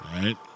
right